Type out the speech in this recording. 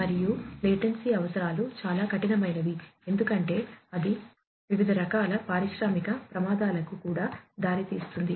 మరియు లాటెన్సీ అవసరాలు చాలా కఠినమైనవి ఎందుకంటే అది వివిధ రకాల పారిశ్రామిక ప్రమాదాలకు కూడా దారితీస్తుంది